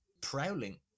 prowling